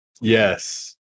Yes